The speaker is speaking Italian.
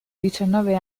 diciannove